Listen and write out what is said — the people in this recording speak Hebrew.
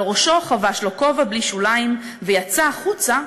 על ראשו חבש לו כובע בלי שוליים ויצא החוצה,